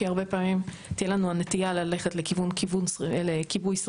כי הרבה פעמים תהיה לנו הנטייה ללכת לכיבוי שריפות